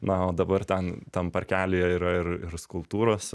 na o dabar ten tam parkelyje yra ir ir skulptūros